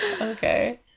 okay